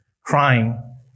crying